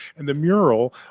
and the mural